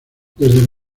desde